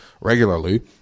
regularly